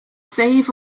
save